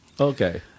okay